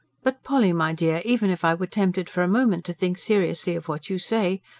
but polly, my dear, even if i were tempted for a moment to think seriously of what you say,